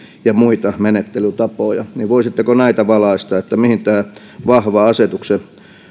ja muita menettelytapoja voisitteko valaista mihin tämä vahva asetuksen